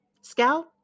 Scout